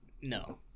No